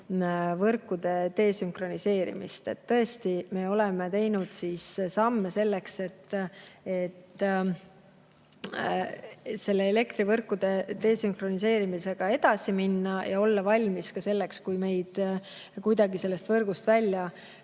elektrivõrkude desünkroniseerimist. Tõesti, me oleme teinud samme selleks, et elektrivõrkude desünkroniseerimisega edasi minna ja olla valmis ka selleks, kui meid kuidagi sellest võrgust välja